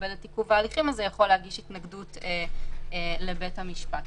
יקבל את עיכוב ההליכים יכול להגיש התנגדות לבית המשפט,